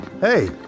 Hey